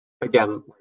again